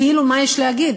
כאילו, מה יש להגיד?